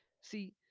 See